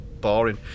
boring